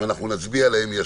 וישר נצביע עליהן.